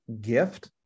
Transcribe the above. gift